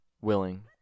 willing